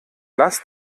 lass